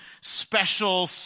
special